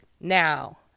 Now